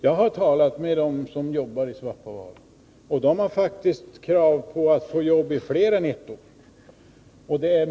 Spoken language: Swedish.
Jag har talat med dem som jobbar i Svappavaara, och de har faktiskt krav på att få jobb i mer än ett år.